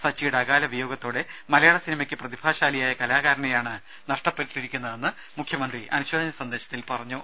സച്ചിയുടെ അകാല വിയോഗത്തോടെ മലയാള സിനിമയ്ക്ക് പ്രതിഭാശാലിയായ കലാകാരനെയാണ് നഷ്ടപ്പെട്ടിരിക്കുന്നതെന്ന് മുഖ്യമന്ത്രി അനുശോചന സന്ദേശത്തിൽ പറഞ്ഞു